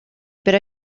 per